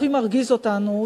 הכי מרגיז אותנו,